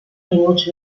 minuts